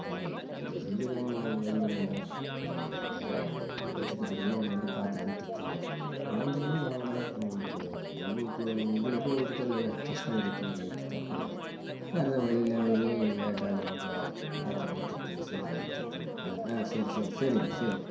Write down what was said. அதாவது கொஞ்சம் சீக்கிரம் இதுப் பண்ணுங்கள் வேற கோச்சிக்கிறதுக்கெல்லாம் ஒன்றும் இல்லை பார்த்து அனுப்பிச்சுட்ருங்க வாங்குறது வாங்குறோம் உங்களுக்கு உங்களுக்கு உங்களுக்கும் இருக்கிற கஷ்டம் இருக்கும் ரைட்டு தப்பில்லை வர்ற வழியில எதுவும் லேட் ஆகலாம் பாவம் பார்த்து அனுப்பிச்சுட்ருங்க சீக்கிரம் அனுப்பிச்சுட்ருங்க ஆ ஆ சரி சரி சரிங்க சரிங்க